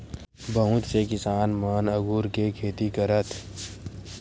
बहुत से किसान मन अगुर के खेती करथ